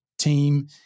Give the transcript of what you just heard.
team